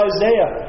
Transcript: Isaiah